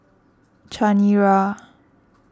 Chanira